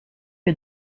est